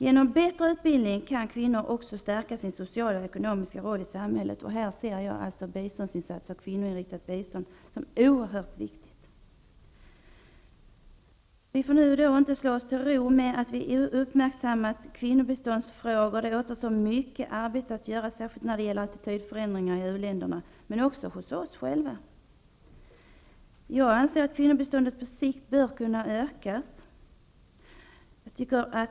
Genom bättre utbildning kan kvinnor också stärka sin sociala och ekonomiska roll i samhället, och i det sammanhanget ser jag biståndsinsatser och kvinnoinriktat bistånd som oerhört viktigt. Vi får nu inte slå oss till ro med att vi har uppmärksammat kvinnobiståndsfrågan, utan mycket arbete återstår, särskilt när det gäller attitydförändringar i u-länderna men också hos oss själva. Jag anser att kvinnobiståndet på sikt bör kunna ökas.